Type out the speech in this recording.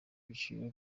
ibiciro